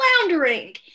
floundering